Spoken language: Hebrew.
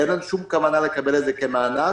אין לנו שום כוונה לקבל את זה כמענק,